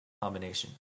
combination